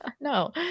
No